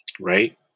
right